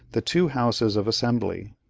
the two houses of assembly.